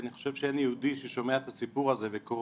אני חושב שאין יהודי ששומע את הסיפור הזה וקורא,